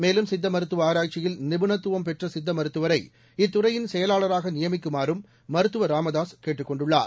மேலும் சித்த மருத்துவ ஆராய்ச்சியில் நிபுணத்துவம் பெற்ற சித்த மருத்துவரை இத்துறையின் செயலாளராக நியமிக்குமாறும் மருத்துவர் ராமதாசு கேட்டுக் கொண்டுள்ளார்